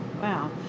wow